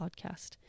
podcast